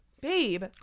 Babe